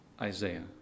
Isaiah